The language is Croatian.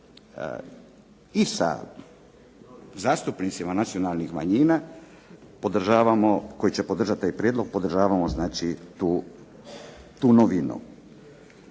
i sa zastupnicima nacionalnih manjina koji će podržati taj prijedlog, podržavamo tu novinu.